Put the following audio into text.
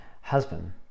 husband